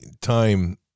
time